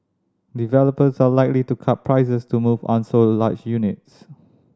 developers are likely to cut prices to move unsold large units